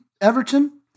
Everton